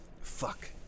Fuck